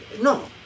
No